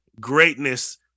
greatness